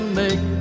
make